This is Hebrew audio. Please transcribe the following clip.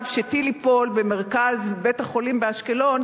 שטיל ייפול במרכז בית-החולים באשקלון,